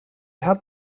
had